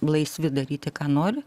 laisvi daryti ką nori